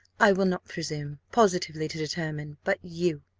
i will not presume positively to determine but you,